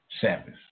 Sabbath